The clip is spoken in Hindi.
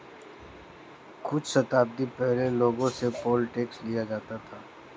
कुछ शताब्दी पहले लोगों से पोल टैक्स लिया जाता था